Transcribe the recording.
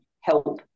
help